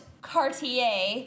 Cartier